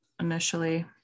initially